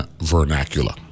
vernacular